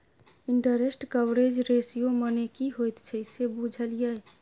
Interest coverage ratio मने की होइत छै से बुझल यै?